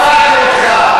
היהודים לא היגרו לארץ-ישראל,